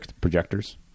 projectors